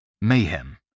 Mayhem